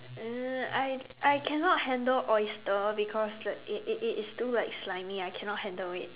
uh I I cannot handle oyster because like it it it it's too like slimy I cannot handle it